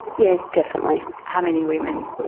yes, definitely. how many women?